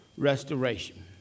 restoration